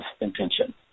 intention